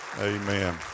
Amen